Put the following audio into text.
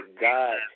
God